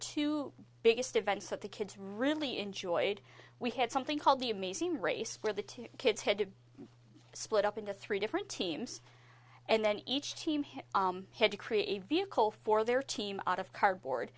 two biggest events that the kids really enjoyed we had something called the amazing race where the two kids had to split up into three different teams and then each team here had to create a vehicle for their team out of cardboard